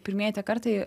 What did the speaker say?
pirmieji tie kartai